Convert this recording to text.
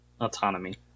autonomy